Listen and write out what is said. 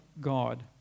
God